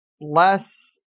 less